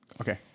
Okay